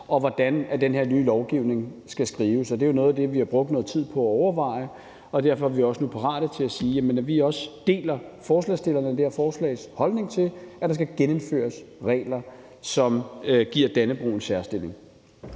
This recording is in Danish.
og hvordan den her nye lovgivning skal skrives. Det er jo noget af det, vi har brugt noget tid på at overveje, og derfor er vi også nu parate til at sige, at vi deler forslagsstillernes holdning om, at der skal genindføres regler, som giver Dannebrog en særstilling.